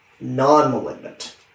non-malignant